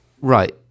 Right